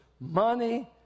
money